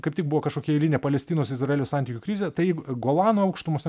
kaip tik buvo kažkokia eilinė palestinos izraelio santykių krizė tai golano aukštumos ten